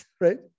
right